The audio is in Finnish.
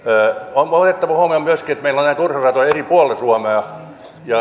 on otettava huomioon myöskin että meillä on näitä urheiluratoja eri puolilla suomea